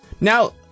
Now